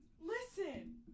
listen